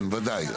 כן, וודאי.